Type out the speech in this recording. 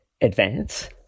advance